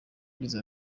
yagize